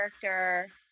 character